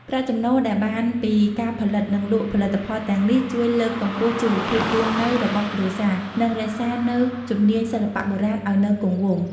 ប្រាក់ចំណូលដែលបានពីការផលិត និងលក់ផលិតផលទាំងនេះ ជួយលើកកម្ពស់ជីវភាពរស់នៅរបស់គ្រួសារ និងរក្សានូវជំនាញសិល្បៈបុរាណឱ្យនៅគង់វង្ស។